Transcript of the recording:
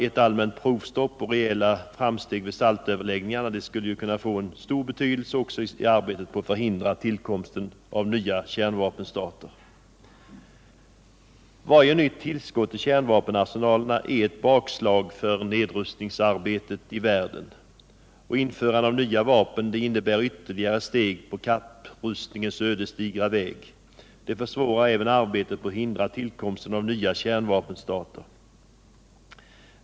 Ett allmänt provstopp och reella framsteg vid SALT-överläggningarna skulle kunna få en stor betydelse också i arbetet på att förhindra tillkomsten av nya kärnvapenstater. Varje nytt tillskott till kärnvapenarsenalerna är ett bakslag för nedrustningsarbetet i världen. Införande av nya vapen innebär ytterligare steg på kapprustningens ödesdigra väg. Det försvårar även arbetet på att hindra tillkomsten av nya kärnvapenstater.